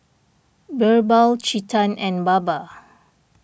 Birbal Chetan and Baba